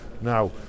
Now